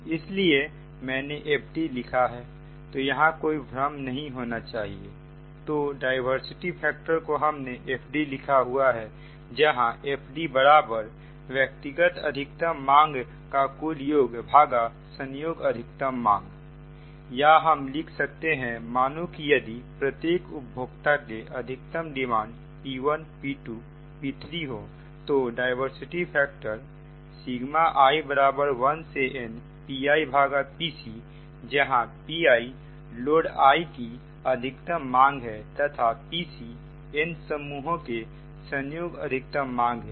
इसीलिए मैंने FD लिखा है तो यहां कोई भ्रम नहीं होना चाहिए तो डायवर्सिटी फैक्टर को हमने FD लिखा हुआ है जहां FD व्यक्तिगत अधिकतम मांग का कुल योगसंयोग अधिकतम मांग या हम लिख सकते हैं मानो कि यदि प्रत्येक उपभोक्ता के अधिकतम डिमांड P1 P2 P3 हो तो डायवर्सिटी फैक्टर i1npipc जहां Pi लोड i की अधिकतम मांग है तथा P c n समूहों के संयोग अधिकतम मांग है